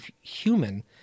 human